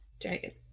Dragon